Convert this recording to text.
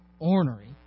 Ornery